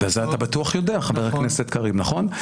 ואת זה אתה בטוח יודע, חבר הכנסת, קריב, נכון?